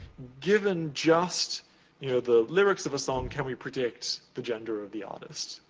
given just you know the lyrics of a song, can we predict the gender of the artist?